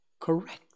correct